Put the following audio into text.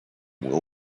will